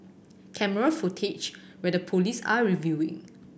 camera footage where the police are reviewing